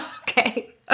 Okay